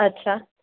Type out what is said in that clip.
અચ્છા